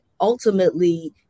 ultimately